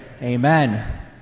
Amen